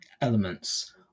elements